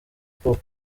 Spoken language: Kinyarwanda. pop